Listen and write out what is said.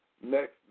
next